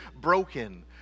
broken